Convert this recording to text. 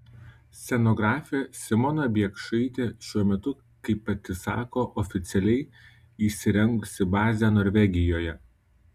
scenografė simona biekšaitė šiuo metu kaip pati sako oficialiai įsirengusi bazę norvegijoje